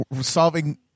solving